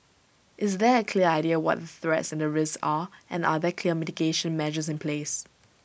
is there A clear idea what the threats and the risks are and are there clear mitigation measures in place